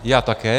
Já také.